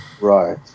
Right